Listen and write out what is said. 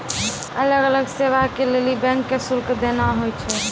अलग अलग सेवा के लेली बैंक के शुल्क देना होय छै